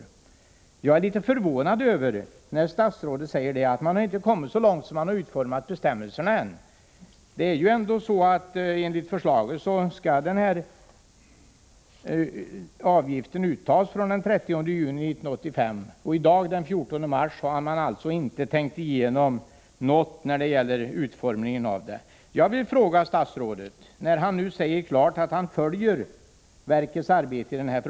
21 Jag blir litet förvånad, när statsrådet säger att man ännu inte kommit så långt att man har utformat bestämmelserna. Enligt förslaget skall denna avgift uttas från den 30 juni 1985. I dag, den 14 mars, har man alltså inte tänkt igenom någonting när det gäller utformningen av bestämmelserna. Statsrådet förklarar att han följer verkets arbete med detta ärende.